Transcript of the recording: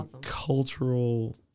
cultural